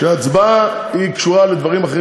ההצבעה היא קשורה לדברים אחרים,